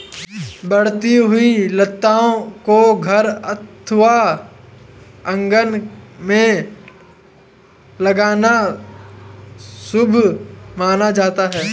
बढ़ती हुई लताओं को घर अथवा आंगन में लगाना शुभ माना जाता है